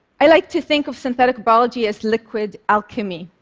i like to think of synthetic biology as liquid alchemy,